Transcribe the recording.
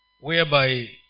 whereby